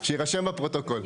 שיירשם בפרוטוקול.